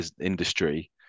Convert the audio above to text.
industry